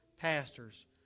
pastors